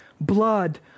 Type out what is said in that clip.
blood